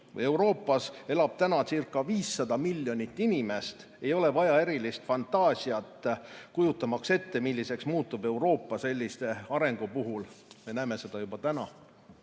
Euroopas elabcirca500 miljonit inimest, ei ole vaja erilist fantaasiat, kujutamaks ette, milliseks muutub Euroopa sellise arengu puhul. Me näeme seda juba täna.